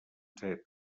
etc